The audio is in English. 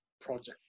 project